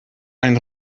ein